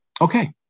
Okay